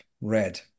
RED